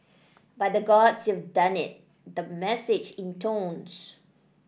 by the Gods you've done it the message intones